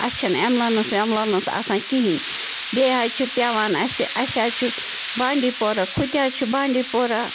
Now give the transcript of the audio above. اَسہِ چھَنہٕ اٮ۪ملَنٕس وٮ۪ملَنٕس آسان کِہیٖنۍ بیٚیہِ حظ چھِ پٮ۪وان اَسہِ اَسہِ حظ چھُ بانٛڈی پورہ تہِ حظ چھِ بانٛڈی پورہ